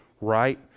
right